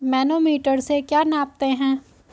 Manometer से क्या नापते हैं?